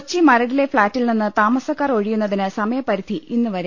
കൊച്ചി മരടിലെ ഫ്ളാറ്റിൽനിന്ന് താമസക്കാർ ഒഴിയുന്നതിന് സമയ പരിധി ഇന്ന് വരെ